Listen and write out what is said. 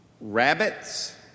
Rabbits